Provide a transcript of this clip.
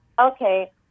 Okay